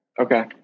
Okay